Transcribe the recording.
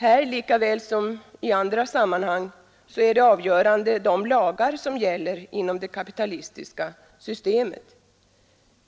Här lika väl som i andra sammanhang är det avgörande de lagar som gäller inom det kapitalistiska systemet.